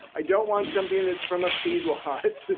i don't want something that's from a feed lot.